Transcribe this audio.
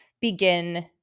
begin